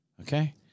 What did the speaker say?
Okay